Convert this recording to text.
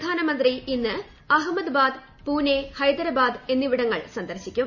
പ്രധാനമന്ത്രി ഇന്ന് അഹമ്മദാബാദ് പൂനെ ഹൈദരാബാദ് എന്നിവിടങ്ങൾ സന്ദർശിക്കും